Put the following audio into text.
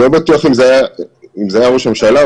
אני לא בטוח אם זה היה ראש הממשלה.